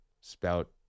spout